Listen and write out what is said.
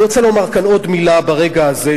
אני רוצה לומר כאן עוד מלה ברגע הזה,